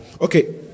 Okay